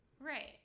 Right